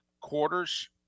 quarters